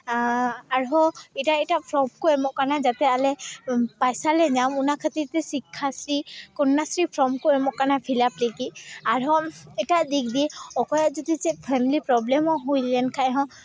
ᱟᱨᱦᱚᱸ ᱮᱴᱟᱜ ᱮᱴᱟᱜ ᱯᱷᱨᱚᱯ ᱠᱚ ᱮᱢᱚᱜ ᱠᱟᱱᱟ ᱡᱟᱛᱮ ᱟᱞᱮ ᱯᱚᱭᱥᱟ ᱞᱮ ᱧᱟᱢ ᱚᱱᱟ ᱠᱷᱟᱹᱛᱤᱨ ᱛᱮ ᱥᱤᱠᱠᱷᱟᱥᱨᱤ ᱠᱚᱱᱱᱟᱥᱨᱤ ᱯᱷᱨᱚᱢ ᱠᱚ ᱮᱢᱚᱜ ᱠᱟᱱᱟ ᱚᱱᱟ ᱯᱷᱤᱞᱟᱯ ᱞᱟᱹᱜᱤᱫ ᱟᱨᱦᱚᱸ ᱮᱴᱟᱜ ᱫᱤᱠ ᱫᱤᱭᱮ ᱚᱠᱚᱭᱟᱜ ᱡᱚᱫᱤ ᱪᱮᱫ ᱯᱷᱮᱢᱮᱞᱤ ᱯᱨᱚᱵᱞᱮᱢ ᱦᱚᱸ ᱦᱩᱭ ᱞᱮᱱᱠᱷᱟᱡ ᱦᱚᱸ